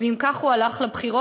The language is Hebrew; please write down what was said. ועם זה הוא הלך לבחירות,